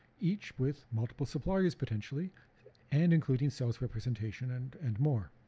each with multiple suppliers potentially and including sales representation, and and more.